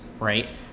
Right